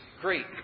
great